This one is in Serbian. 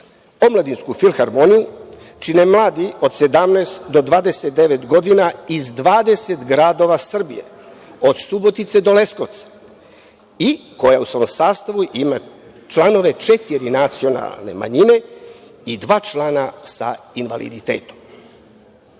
omladinsku filharmoniju čine mladi od 17 do 29 godina iz 20 gradova Srbije, od Subotice do Leskovca i koje u svom sastavu imaju članove četiri nacionalne manjine i dva člana sa invaliditetom. Zato